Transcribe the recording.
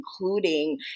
including